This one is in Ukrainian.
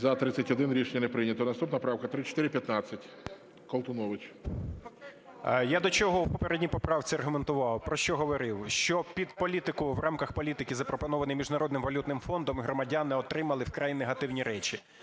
За-31 Рішення не прийнято. Наступна правка - 3415. Колтунович. 18:46:27 КОЛТУНОВИЧ О.С. Я до чого у попередній поправці аргументував, про що говорив? Що під політику, в рамках політики, запропонованої Міжнародним валютним фондом, громадяни отримали вкрай негативні речі: